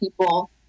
people